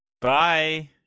bye